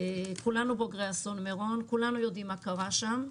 כולנו בוגרי אסון מירון, כולנו יודעים מה קרה שם,